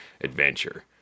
adventure